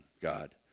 God